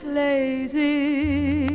lazy